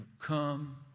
come